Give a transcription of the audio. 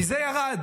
כי זה ירד.